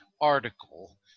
article